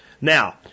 Now